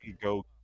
go